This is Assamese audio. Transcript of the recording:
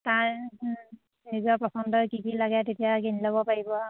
তাৰ নিজৰ পচন্দৰ কি কি লাগে তেতিয়া কিনি ল'ব পাৰিব আৰু